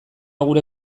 gure